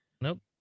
Nope